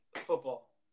football